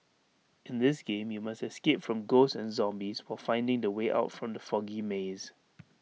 in this game you must escape from ghosts and zombies while finding the way out from the foggy maze